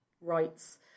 rights